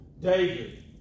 David